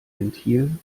ventil